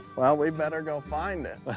well, we better go find it.